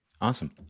awesome